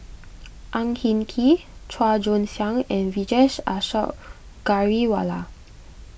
Ang Hin Kee Chua Joon Siang and Vijesh Ashok Ghariwala